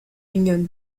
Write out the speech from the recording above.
union